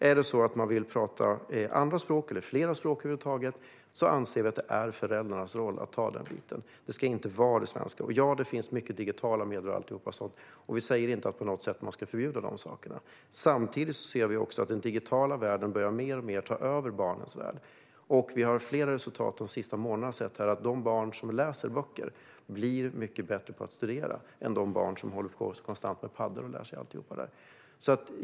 Om man vill tala andra språk, eller över huvud taget flera språk, anser vi att det är föräldrarnas roll att ta den biten. Ja, det finns många digitala hjälpmedel, och vi säger inte att de ska förbjudas. Samtidigt ser vi att den digitala världen mer och mer börjar ta över barnens värld. Flera resultat har de senaste månaderna visat att de barn som läser böcker blir bättre på att studera än de barn som konstant håller på med paddor.